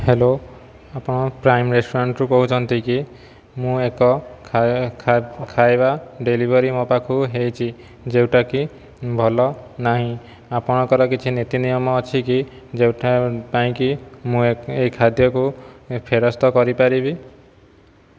hello ଆପଣ prime ରେଷ୍ଟୁରାଣ୍ଟରୁ କହୁଛନ୍ତି କି ମୁଁ ଏକ ଖାଇବା ଡେଲିଭେରି ମୋ ପାଖକୁ ହେଇଛି ଯେଉଁଟା କି ଭଲ ନାହିଁ ଆପଣଙ୍କର କିଛି ନୀତିନିୟମ ଅଛି କି ଯେଉଁଟା ପାଇଁ କି ମୁଁ ଏଇ ଖାଦ୍ୟକୁ ଫେରସ୍ତ କରିପାରିବି